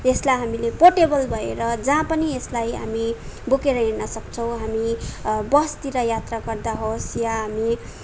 र यसलाई हामीले पोर्टेबल भएर जहाँ पनि यसलाई हामी बोकेर हिँड्न सक्छौँ हामी बसतिर यात्रा गर्दा होस् या हामी